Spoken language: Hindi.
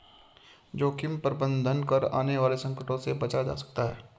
जोखिम प्रबंधन कर आने वाले संकटों से बचा जा सकता है